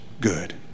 good